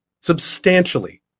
substantially